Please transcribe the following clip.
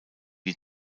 die